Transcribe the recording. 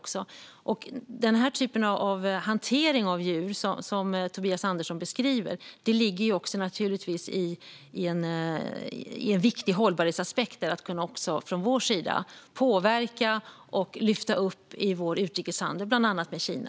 Kring den typ av djurhantering som Tobias Andersson beskriver ligger naturligtvis en viktig hållbarhetsaspekt att från vår sida lyfta upp och påverka i vår utrikeshandel bland annat med Kina.